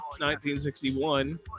1961